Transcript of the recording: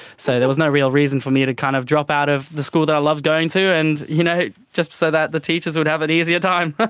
so there was no real reason for me to kind of drop out of the school that i loved going to and you know just so that the teachers would have an easier time. but